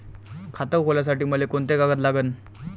खात खोलासाठी मले कोंते कागद लागन?